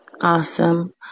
Awesome